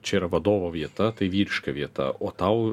čia yra vadovo vieta tai vyriška vieta o tau